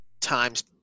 times